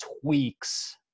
tweaks